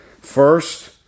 First